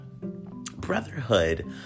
brotherhood